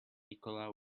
nikola